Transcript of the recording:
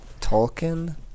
Tolkien